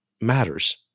matters